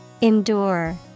Endure